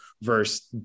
versus